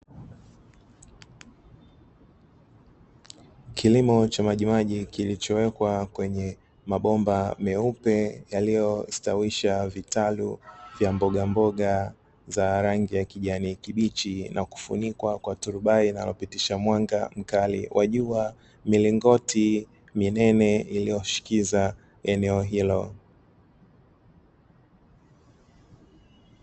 Kilimo cha majimaji kilichowekwa kwenye mabomba meupe yaliyostawisha vitalu vya mbogamboga za rangi ya kijani kibichi na kufunikwa kwa turubai inayopitisha mwanga mkali wa jua milingoti minene iliyoshikiza eneo hilo.